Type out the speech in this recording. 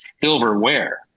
silverware